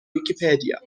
wikipedia